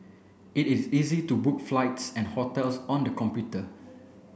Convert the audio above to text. it is easy to book flights and hotels on the computer